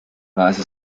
weise